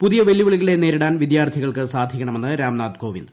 പുതിയ വെല്ലുവിളികളെ നേരിടാൻ വിദ്യാർത്ഥികൾക്ക് സാധിക്കണമെന്ന് രാംനാഥ് കേവിന്ദ്